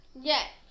Yes